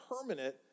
permanent